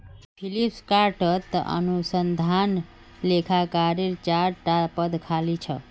फ्लिपकार्टत अनुसंधान लेखाकारेर चार टा पद खाली छ